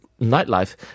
nightlife